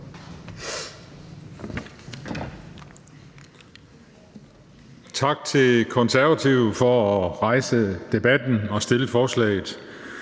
Tak til Konservative for at rejse debatten og fremsætte forslaget.